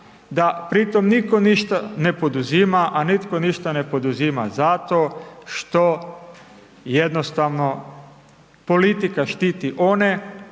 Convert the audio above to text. da pritom nitko ništa ne poduzima, a nitko ništa ne poduzima zato što jednostavno politika štiti one